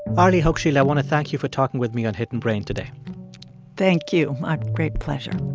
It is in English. arlie hochschild, i want to thank you for talking with me on hidden brain today thank you. my great pleasure